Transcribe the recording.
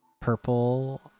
purple